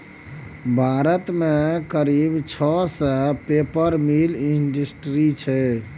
भारत मे करीब छह सय पेपर मिल इंडस्ट्री छै